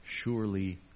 surely